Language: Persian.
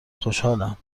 خوشحالم